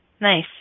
Nice